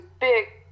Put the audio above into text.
big